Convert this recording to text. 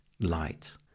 light